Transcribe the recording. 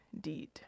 deed